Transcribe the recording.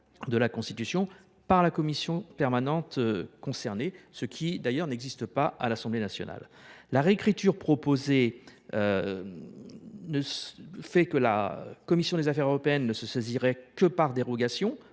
de la Constitution, par la commission permanente concernée – une disposition qui n’existe pas à l’Assemblée nationale. Si la réécriture proposée était adoptée, la commission des affaires européennes ne se saisirait que par dérogation,